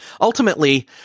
Ultimately